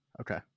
okay